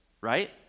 right